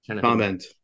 comment